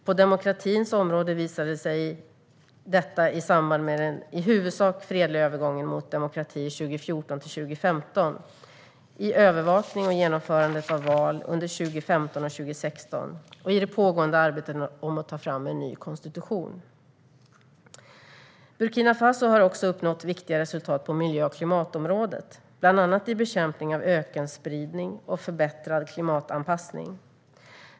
På demokratins område visade sig detta i samband med den i huvudsak fredliga övergången mot demokrati 2014-2015, i övervakning och genomförande av val under 2015-2016 och i det pågående arbete med att ta fram en ny konstitution. Burkina Faso har också uppnått viktiga resultat på miljö och klimatområdet, bland annat i bekämpning av ökenspridning och förbättrad klimatanpassning.